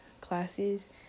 classes